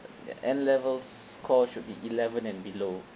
the n levels score should be eleven and below